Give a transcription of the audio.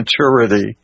maturity